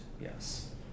yes